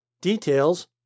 Details